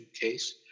case